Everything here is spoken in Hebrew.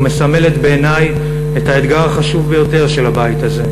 ומסמלת בעיני את האתגר החשוב ביותר של הבית הזה.